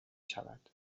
شود